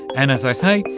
and as i say,